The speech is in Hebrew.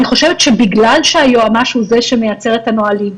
אני חושבת שבגלל שהיועמ"ש הוא זה שמייצר את הנהלים,